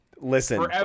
Listen